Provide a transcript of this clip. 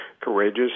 courageous